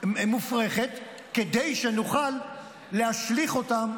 מופרכת כדי שנוכל להשליך אותם,